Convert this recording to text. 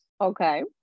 Okay